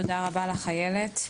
תודה רבה לך איילת.